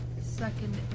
Second